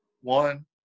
one